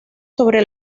sobre